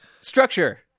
Structure